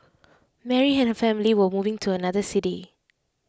Mary and her family were moving to another city